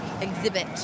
exhibit